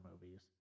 movies